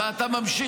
אתה מדבר